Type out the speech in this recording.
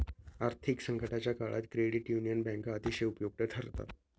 आर्थिक संकटाच्या काळात क्रेडिट युनियन बँका अतिशय उपयुक्त ठरतात